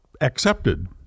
accepted